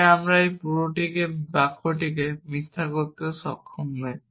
তাই আমরা এই পুরো বাক্যটিকে মিথ্যা করতে সক্ষম নই